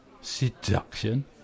Seduction